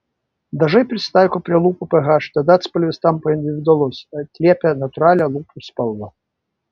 dažai prisitaiko prie lūpų ph tad atspalvis tampa individualus atliepia natūralią lūpų spalvą